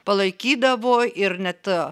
palaikydavo ir net